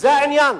זה העניין.